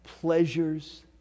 pleasures